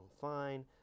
fine